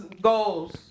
goals